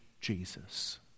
Jesus